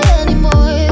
anymore